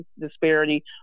disparity